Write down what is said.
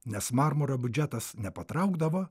nes marmurą biudžetas nepatraukdavo